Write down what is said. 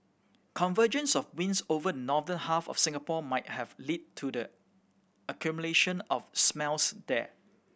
convergence of winds over the northern half of Singapore might have led to the accumulation of smells there